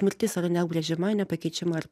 mirtis yra neatgręžiama nepakeičiama